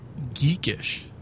geekish